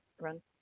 run